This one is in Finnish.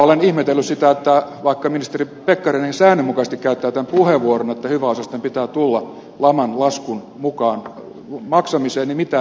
olen ihmetellyt sitä että vaikka ministeri pekkarinen säännönmukaisesti käyttää tämän puheenvuoron että hyväosaisten pitää tulla mukaan laman laskun maksamiseen niin mitään ei tapahdu